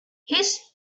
his